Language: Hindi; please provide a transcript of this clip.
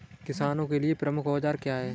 किसानों के लिए प्रमुख औजार क्या हैं?